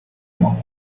mois